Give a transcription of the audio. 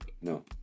No